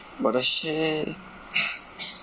what the shit